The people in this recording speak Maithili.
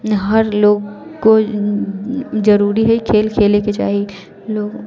हर लोगको जरूरी हइ खेल खेलेके चाही लोग